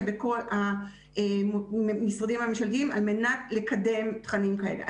בכל המשרדים הממשלתיים על מנת לקדם תכנים כאלה.